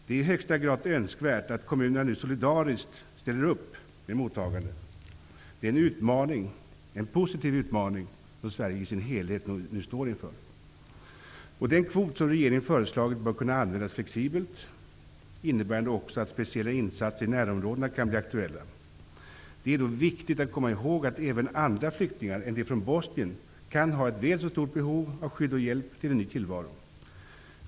Det är i högsta grad önskvärt att kommunerna nu solidariskt ställer upp med mottagande. Det är en utmaning, en positiv utmaning, som Sverige i sin helhet nu står inför. Den kvot som regeringen föreslagit bör kunna användas flexibelt innebärande att också speciella insatser i närområdena kan bli aktuella. Det är då viktigt att komma i håg att även andra flyktingar än de som kommer från Bosnien kan ha ett väl så stort behov av skydd och hjälp till en ny tillvaro.